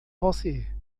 você